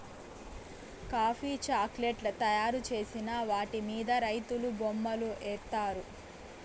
coffee chocolate తయారు చేసిన వాటి మీద రైతులు బొమ్మలు ఏత్తారు